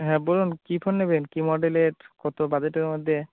হ্যাঁ বলুন কী ফোন নেবেন কী মডেলের কত বাজেটের মধ্যে